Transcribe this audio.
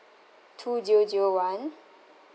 two zero zero one